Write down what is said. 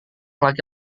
laki